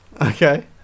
okay